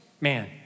man